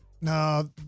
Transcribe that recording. No